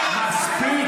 תפסיק.